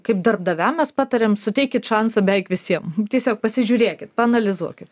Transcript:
kaip darbdaviam mes patariam suteikit šansą beveik visiem tiesiog pasižiūrėkit paanalizuokit